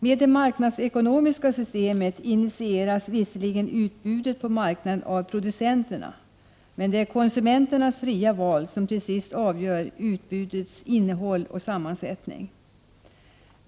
Med det marknadsekonomiska systemet initieras visserligen utbudet på marknaden av producenterna, men det är konsumenternas fria val som till sist avgör utbudets innehåll och sammansättning.